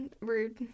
rude